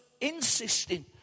insisting